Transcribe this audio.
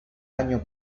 año